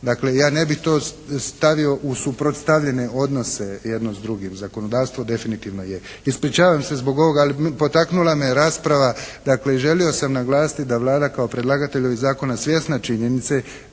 Dakle ja ne bi to stavio u suprotstavljene odnose jedno s drugim. Zakonodavstvo definitivno je. Ispričavam se zbog ovoga, ali potaknula me rasprava, dakle želio sam naglasiti da je Vlada kao predlagatelj ovih zakona svjesna činjenice